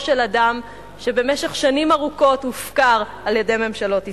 של אדם שבמשך שנים ארוכות הופקר על-ידי ממשלות ישראל.